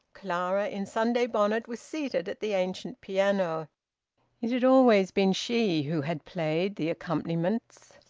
clara, in sunday bonnet, was seated at the ancient piano it had always been she who had played the accompaniments.